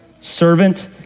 servant